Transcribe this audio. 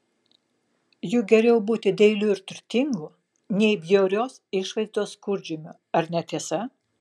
juk geriau būti dailiu ir turtingu nei bjaurios išvaizdos skurdžiumi ar ne tiesa